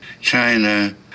China